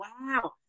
Wow